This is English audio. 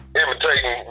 imitating